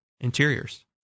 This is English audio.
Interiors